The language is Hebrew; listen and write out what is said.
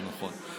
יותר נכון.